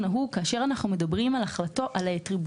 כאשר אנחנו מדברים על טריבונלים,